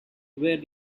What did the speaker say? where